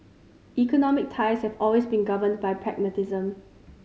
economic ties have always been governed by pragmatism